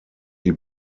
die